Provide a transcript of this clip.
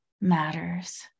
matters